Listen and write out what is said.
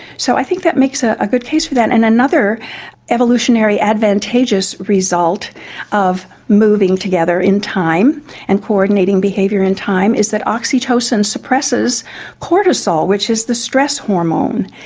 so i think that makes a ah good case for that. and another evolutionary advantageous result of moving together in time and coordinating behaviour in time is that oxytocin suppresses cortisol, which is the stress hormone.